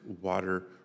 water